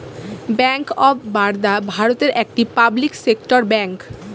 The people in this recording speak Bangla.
ব্যাঙ্ক অফ বারদা ভারতের একটি পাবলিক সেক্টর ব্যাঙ্ক